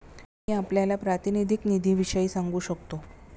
मी आपल्याला प्रातिनिधिक निधीविषयी सांगू शकतो